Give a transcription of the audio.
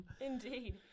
Indeed